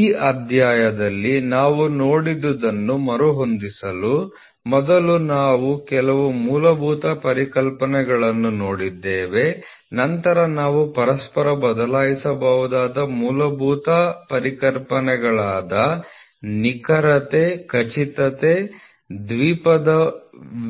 ಈ ಅಧ್ಯಾಯದಲ್ಲಿ ನಾವು ನೋಡಿದದನ್ನು ಮರುಹೊಂದಿಸಲು ಮೊದಲು ನಾವು ಕೆಲವು ಮೂಲಭೂತ ಪರಿಕಲ್ಪನೆಗಳನ್ನು ನೋಡಿದ್ದೇವೆ ನಂತರ ನಾವು ಪರಸ್ಪರ ಬದಲಾಯಿಸಬಹುದಾದ ಮೂಲಭೂತ ಪರಿಕಲ್ಪನೆಗಳಾದ ನಿಖರತೆ ಖಚಿತತೆ ದ್ವಿಪದ